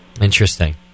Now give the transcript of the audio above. Interesting